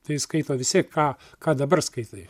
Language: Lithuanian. tai skaito visi ką ką dabar skaitai